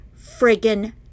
friggin